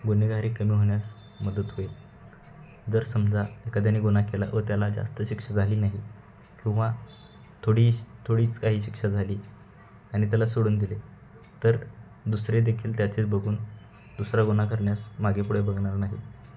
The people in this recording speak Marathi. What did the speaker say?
गुन्हेगारी कमी होण्यास मदत होईल जर समजा एखाद्या गुन्हा केला व त्याला जास्त शिक्षा झाली नाही किंवा थोडीश थोडीच काही शिक्षा झाली आणि त्याला सोडून दिले तर दुसरेदेखील त्याचेच बघून दुसरा गुन्हा करण्यास मागे पुढे बघणार नाही